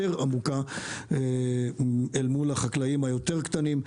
עמוקה אל מול החקלאים היותר קטנים.